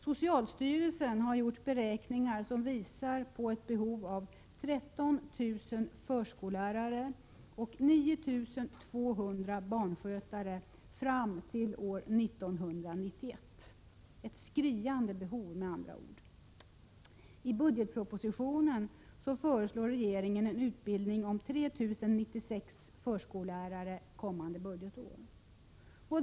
Socialstyrelsen har gjort beräkningar som visar på ett behov av 13 000 förskollärare och 9 200 barnskötare fram till år 1991 — ett skriande behov med andra ord. I budgetpropositionen föreslår regeringen utbildning av 3 096 förskollärare kommande budgetår.